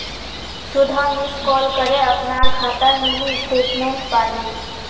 सुधा miss call करे अपनार खातार मिनी स्टेटमेंट पाले